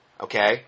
Okay